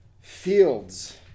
Fields